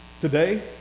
Today